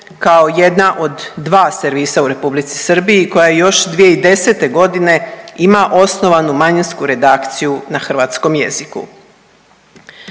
kao jedna od dva servisa u Republici Srbiji koja još 2010. godine ima osnovanu manjinsku redakciju na hrvatskom jeziku.